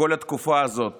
בכל התקופה הזאת